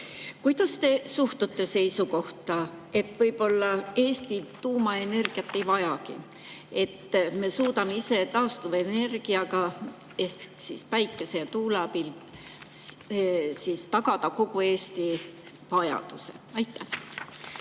Kuidas te suhtute seisukohta, et võib-olla Eesti ei vajagi tuumaenergiat, sest me suudame ise taastuvenergiaga ehk siis päikese ja tuule abil tagada kogu Eesti vajaduse? Aitäh,